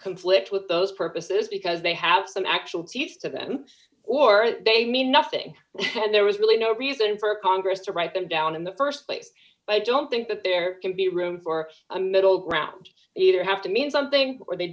conflict with those purposes because they have some actual deeds to them or they mean nothing and there was really no reason for congress to write them down in the st place i don't think that there can be room for a middle ground either have to mean something or they